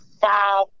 five